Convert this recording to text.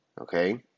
Okay